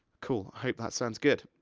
cool, hope that sounds good.